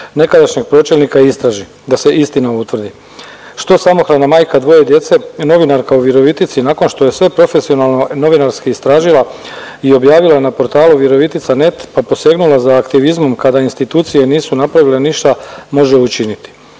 nekadašnjeg pročelnika istraži, da se istina u tvrdi. Što samohrana majka dvoje djece, novinarka u Virovitici nakon što je sve profesionalno novinarski istražila i objavila na portalu Virovitica.net pa posegnula za aktivizmom kada institucije nisu napravile ništa može učiniti?